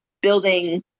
building